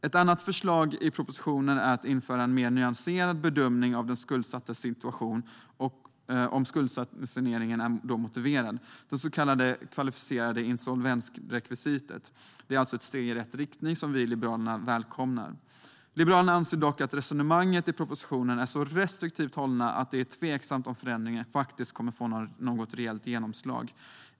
Ett annat förslag i propositionen är att man ska införa en mer nyanserad bedömning av den skuldsattes situation och av om en skuldsanering är motiverad - det är det så kallade kvalificerade insolvensrekvisitet. Det är ett steg i rätt riktning, som vi i Liberalerna välkomnar. Liberalerna anser dock att resonemangen i propositionen är så restriktivt hållna att det är tveksamt om förändringen kommer att få något reellt genomslag.